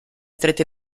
stretti